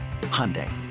Hyundai